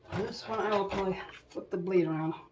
this one, i'll probably flip the blade around. i